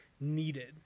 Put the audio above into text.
needed